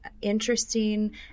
interesting